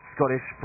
Scottish